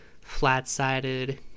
flat-sided